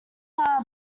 far